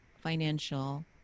financial